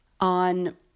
on